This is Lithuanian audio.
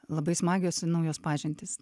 labai smagios naujos pažintys